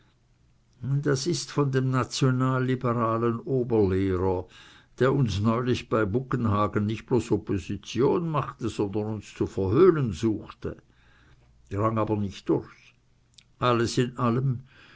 das ist von dem nationalliberalen oberlehrer der uns neulich bei buggenhagen nicht bloß opposition machte sondern uns zu verhöhnen suchte drang aber nicht durch alles in allem